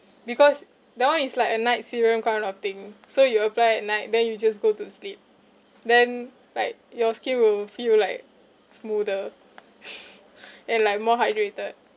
because that [one] is like a night serum kind of thing so you apply at night then you just go to sleep then like your skin will feel like smoother and like more hydrated